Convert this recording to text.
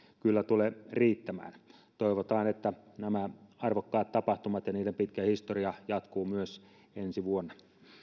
kyllä tule riittämään toivotaan että nämä arvokkaat tapahtumat ja niiden pitkä historia jatkuvat myös ensi vuonna